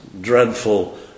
dreadful